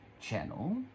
channel